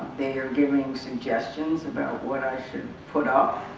they are giving suggestions about what i should put up